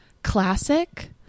classic